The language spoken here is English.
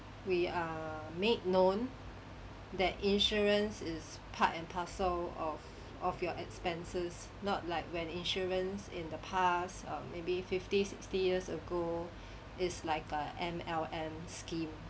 we are made known that insurance is part and parcel of of your expenses not like when insurance in the past or maybe fifty sixty years ago is like a M_L_M scheme